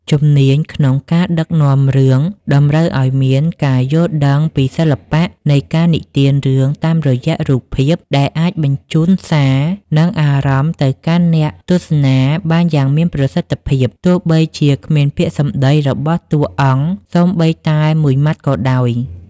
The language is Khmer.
ជំនាញក្នុងការដឹកនាំរឿងតម្រូវឱ្យមានការយល់ដឹងពីសិល្បៈនៃការនិទានរឿងតាមរយៈរូបភាព ដែលអាចបញ្ជូនសារ និងអារម្មណ៍ទៅកាន់អ្នកទស្សនាបានយ៉ាងមានប្រសិទ្ធភាព ទោះបីជាគ្មានពាក្យសម្ដីរបស់តួអង្គសូម្បីតែមួយម៉ាត់ក៏ដោយ។